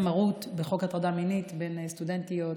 מרות בחוק הטרדה מינית בין סטודנטיות